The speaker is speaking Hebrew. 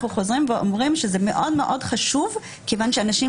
אנחנו חוזרים ואומרים שזה מאוד מאוד חשוב כיוון שאנשים